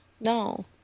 No